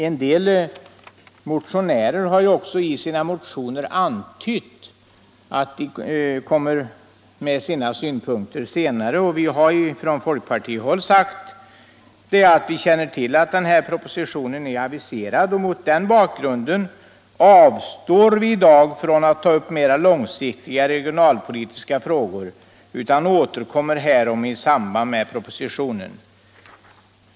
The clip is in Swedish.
En del motionärer har ju också i sina motioner antytt att de kommer att framföra sina synpunkter senare. Vi har från folkpartihåll sagt att vi känner till att den här propositionen är aviserad, och mot den bakgrunden avstår vi i dag från att ta upp mera långsiktiga regionalpolitiska frågor och återkommer härom i samband med framläggandet av propositionen.